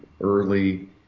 early